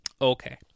okay